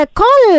call